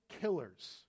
killers